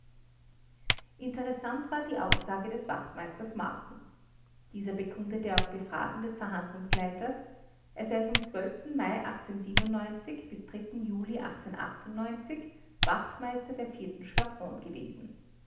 interessant war die aussage des wachtmeisters marten dieser bekundete auf befragen des verhandlungsleiters er sei vom mai bis juli wachtmeister der schwadron gewesen